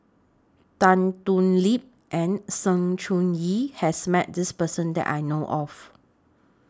Tan Thoon Lip and Sng Choon Yee has Met This Person that I know of